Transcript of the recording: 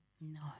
No